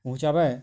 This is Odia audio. ପହଞ୍ଚାବେ